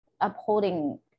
upholding